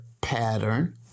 pattern